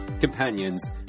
companions